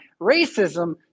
Racism